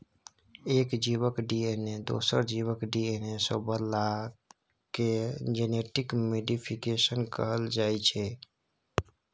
एक जीबक डी.एन.ए दोसर जीबक डी.एन.ए सँ बदलला केँ जेनेटिक मोडीफिकेशन कहल जाइ छै